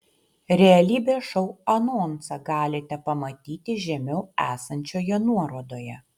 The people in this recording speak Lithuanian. realybės šou anonsą galite pamatyti žemiau esančioje nuorodoje